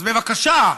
אז בבקשה,